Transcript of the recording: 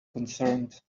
concerned